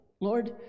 Lord